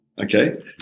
okay